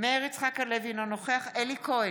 מאיר יצחק הלוי, אינו נוכח אלי כהן,